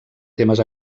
temes